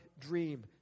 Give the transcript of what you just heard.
dream